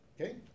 okay